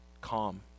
calm